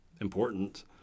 important